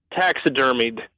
taxidermied